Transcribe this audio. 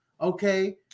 okay